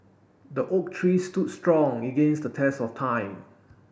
the oak tree stood strong against the test of time